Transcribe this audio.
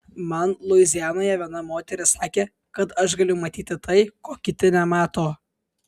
man luizianoje viena moteris sakė kad aš galiu matyti tai ko kiti nemato